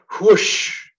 Whoosh